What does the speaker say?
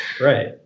Right